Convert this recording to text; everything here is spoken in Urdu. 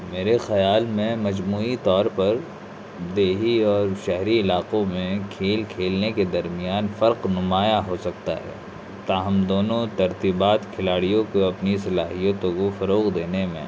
میرے خیال میں مجموعی طور پر دیہی اور شہری علاقوں میں کھیل کھیلنے کے درمیان فرق نمایاں ہو سکتا ہے تاہم دونوں ترتیبات کھلاڑیو کو اپنی صلاحیتو کو فروغ دینے میں